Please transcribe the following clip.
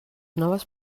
noves